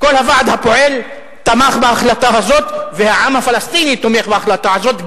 כל הוועד הפועל תמך בהחלטה הזאת והעם הפלסטיני תומך בהחלטה הזאת.